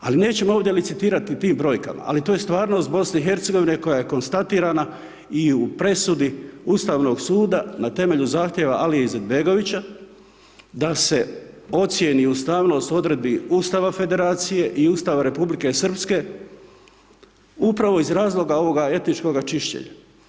Ali nećemo ovdje licitirati tim brojkama ali to je stvarnost BiH-a koja je konstatirana i u presudi Ustavnog suda na temelju zahtjeva Alije Izetbegovića da se ocijeni ustavnost odredbi Ustava federacije i Ustava Republike Srpske upravo iz razloga ovoga etničkog čišćenja.